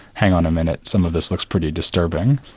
hang on a minute, some of this looks pretty disturbing'.